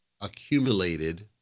accumulated